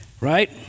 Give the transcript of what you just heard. right